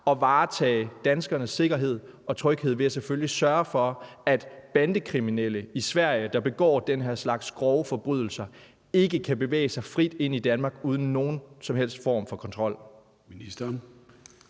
at varetage danskernes sikkerhed og tryghed ved selvfølgelig at sørge for, at bandekriminelle i Sverige, der begår den slags grove forbrydelser, ikke kan bevæge sig frit ind i Danmark uden nogen som helst form for kontrol?